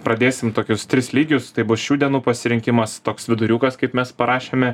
pradėsim tokius tris lygius tai bus šių dienų pasirinkimas toks viduriukas kaip mes parašėme